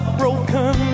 broken